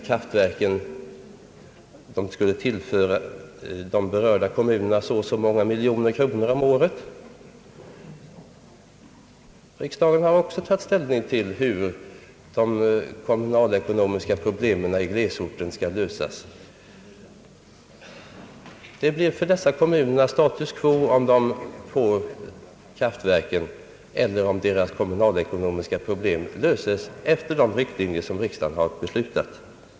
Kraftverket skulle tillföra de berörda kommunerna så och så många miljoner kronor om året. Men riksdagen har också tagit ställning till hur de kommunalekonomiska problemen i glesorterna skall lösas. Det blir alltså för dessa kommuner status quo, vare sig de får kraftverket eller inte, om deras kommunalekonomiska problem löses efter de riktlinjer riksdagen har beslutat.